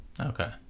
Okay